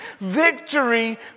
victory